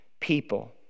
people